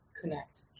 connect